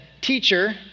Teacher